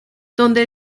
donde